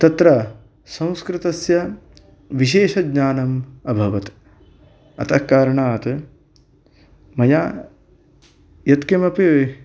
तत्र संस्कृतस्य विशेषज्ञानम् अभवत् अतः कारणात् मया यत्किमपि